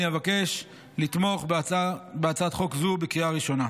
אבקש לתמוך בהצעת חוק זו בקריאה ראשונה.